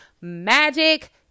magic